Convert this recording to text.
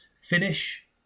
finish